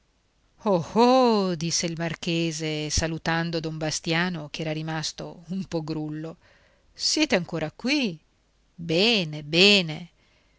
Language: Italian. oh disse il marchese salutando don bastiano ch'era rimasto un po grullo siete ancora qui bene bene